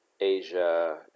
asia